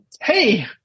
Hey